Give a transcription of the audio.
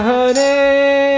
Hare